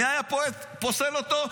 מי היה פוסל אותו?